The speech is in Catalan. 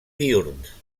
diürns